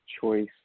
choice